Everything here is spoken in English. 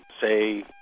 say